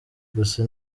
gusa